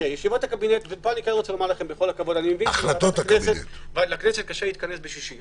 אני מבין שלכנסת קשה להתכנס בשישי.